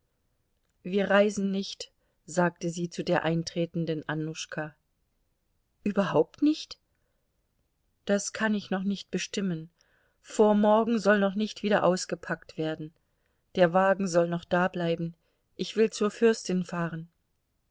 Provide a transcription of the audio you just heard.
wir reisen nicht sagte sie zu der eintretenden annuschka überhaupt nicht das kann ich noch nicht bestimmen vor morgen soll noch nicht wieder ausgepackt werden der wagen soll noch dableiben ich will zur fürstin fahren